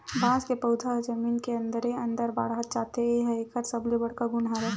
बांस के पउधा ह जमीन के अंदरे अंदर बाड़हत जाथे ए ह एकर सबले बड़का गुन हरय